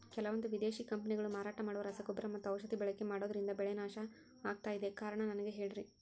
ಕೆಲವಂದು ವಿದೇಶಿ ಕಂಪನಿಗಳು ಮಾರಾಟ ಮಾಡುವ ರಸಗೊಬ್ಬರ ಮತ್ತು ಔಷಧಿ ಬಳಕೆ ಮಾಡೋದ್ರಿಂದ ಬೆಳೆ ನಾಶ ಆಗ್ತಾಇದೆ? ಕಾರಣ ನನಗೆ ಹೇಳ್ರಿ?